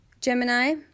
gemini